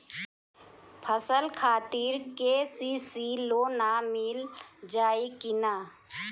फसल खातिर के.सी.सी लोना मील जाई किना?